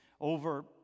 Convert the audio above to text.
over